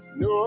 no